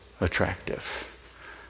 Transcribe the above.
attractive